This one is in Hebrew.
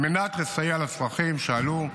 על מנת לסייע לצרכים שעלו,